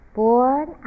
born